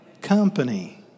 company